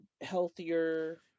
healthier